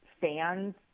fans